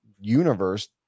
universe